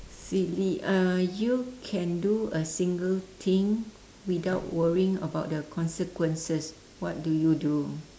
silly uh you can do a single thing without worrying about the consequences what do you do